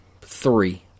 three